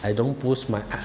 I don't push my